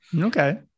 Okay